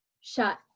shut